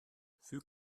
füg